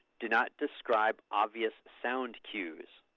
do not describe obvious sound cues.